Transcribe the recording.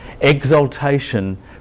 exaltation